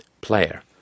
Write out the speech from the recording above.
player